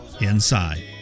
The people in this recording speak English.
inside